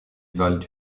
valent